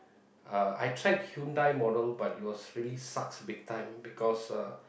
uh I tried Hyundai model but it was really sucks big time because uh